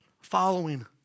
following